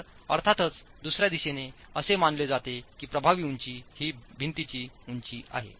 तर अर्थातच दुसर्या दिशेने असे मानले जाते की प्रभावी उंची ही भिंतीची उंची आहे